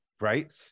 Right